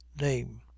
name